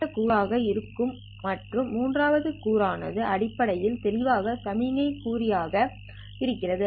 மற்ற கூறு ஆனது ஆக இருக்கும் மற்றும் மூன்றாவது கூற ஆனது அடிப்படையில் தெளிவாக சமிக்ஞை கூறு ஆக இருக்கிறது